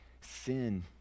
Sin